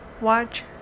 watch